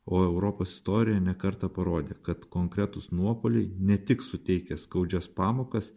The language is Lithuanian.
o europos istorija ne kartą parodė kad konkretūs nuopuoliai ne tik suteikia skaudžias pamokas